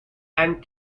and